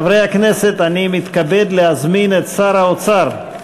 חברי הכנסת, אני מתכבד להזמין את שר האוצר,